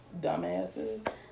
Dumbasses